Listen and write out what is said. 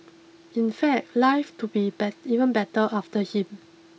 in fact life to be bet even better after him